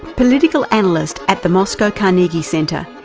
political analyst at the moscow carnegie centre,